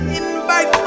invite